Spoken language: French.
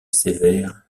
sévère